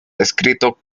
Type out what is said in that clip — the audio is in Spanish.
descrito